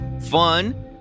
fun